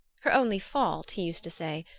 her only fault, he used to say,